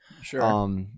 Sure